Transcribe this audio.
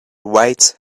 white